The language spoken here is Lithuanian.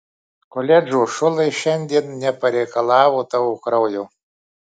koledžo šulai šiandien nepareikalavo tavo kraujo